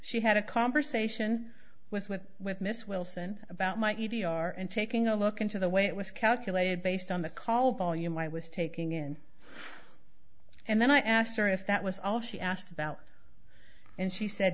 she had a conversation was with with miss wilson about my e v e r and taking a look into the way it was calculated based on the call volume i was taking in and then i asked her if that was all she asked about and she said